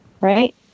Right